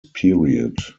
period